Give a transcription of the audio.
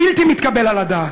בלתי מתקבל על הדעת.